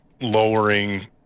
lowering